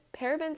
parabens